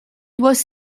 was